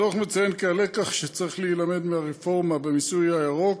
הדוח מציין כי הלקח שצריך להילמד מהרפורמה במיסוי הירוק